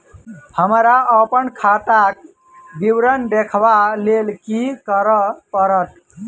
हमरा अप्पन खाताक विवरण देखबा लेल की करऽ पड़त?